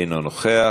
אינו נוכח.